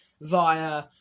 via